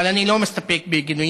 אבל אני לא מסתפק בגינויים.